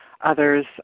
others